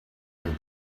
and